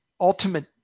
ultimate